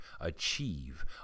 achieve